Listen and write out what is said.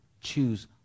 Choose